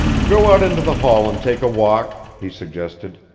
go out into the hall and take a walk, he suggested.